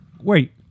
Wait